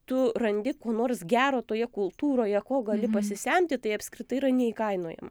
tu randi ko nors gero toje kultūroje ko gali pasisemti tai apskritai yra neįkainojama